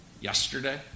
yesterday